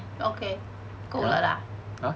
okay 够了 lah